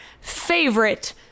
favorite